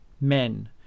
men